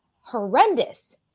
horrendous